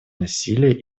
насилие